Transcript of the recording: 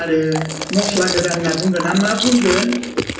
आरो मस्ला गोरान होनना बुंगोन ना मा बुंगोन